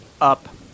up